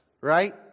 right